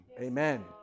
Amen